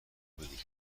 بدید